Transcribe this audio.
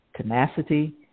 tenacity